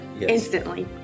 instantly